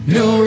no